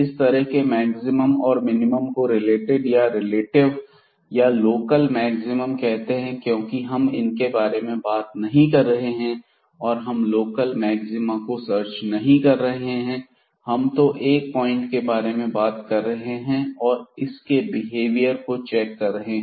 इस तरह के मैक्सिमम और मिनिमम को रिलेटेड या रिलेटिव या लोकल मैक्सिमम कहते हैं क्योंकि हम इनके बारे में बात नहीं कर रहे हैं और हम लोकल मैक्सिमा को सर्च नहीं कर रहे हैं हम तो एक पॉइंट के बारे में बात कर रहे हैं और इसके बिहेवियर को चेक कर रहे हैं